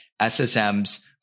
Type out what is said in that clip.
SSMs